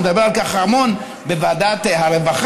הוא מדבר על כך המון בוועדת הרווחה,